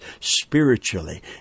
spiritually